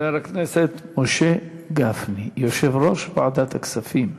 חבר הכנסת משה גפני, יושב-ראש ועדת הכספים.